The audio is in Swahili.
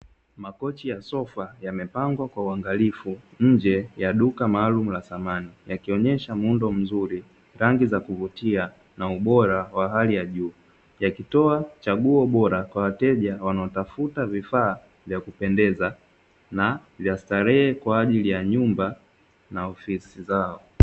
Makochi ya sofa yamepangwa kwa uangalifu nje ya duka maalumu la samani yakionyesha muundo mzuri, rangi za kuvutia na ubora wa hali ya juu. Yakitoa chaguo bora kwa wateja wanaotafuta vifaa vya kupendeza na vya starehe kwa ajili ya nyumba na ofisi zao.